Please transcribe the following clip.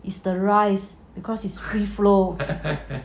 is the rice because it's free flow